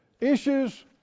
issues